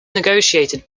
negotiated